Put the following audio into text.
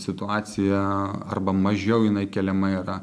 situacija arba mažiau jinai keliama yra